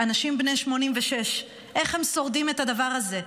אנשים בני 86. איך הם שורדים את הדבר הזה?